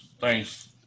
Thanks